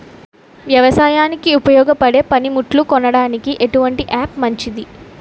వ్యవసాయానికి ఉపయోగపడే పనిముట్లు కొనడానికి ఎటువంటి యాప్ మంచిది?